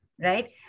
right